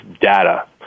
data